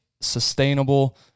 sustainable